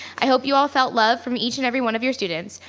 i hope you all felt love from each and everyone of your students,